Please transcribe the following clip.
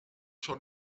schon